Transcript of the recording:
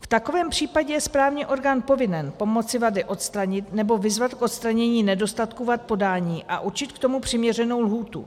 V takovém případě je správní orgán povinen pomoci vady odstranit nebo vyzvat k odstranění nedostatků vad podání a určit k tomu přiměřenou lhůtu.